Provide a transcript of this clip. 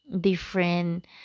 different